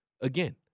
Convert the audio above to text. again